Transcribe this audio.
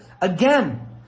again